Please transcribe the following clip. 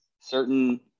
certain